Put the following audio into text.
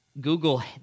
Google